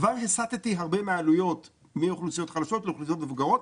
כבר הסטתי הרבה מהעלויות מאוכלוסיות חלשות לאוכלוסיות מבוגרות,